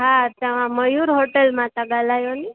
हा तव्हां मयूर होटल मां था ॻाल्हायो नी